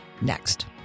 next